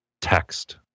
text